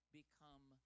become